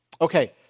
Okay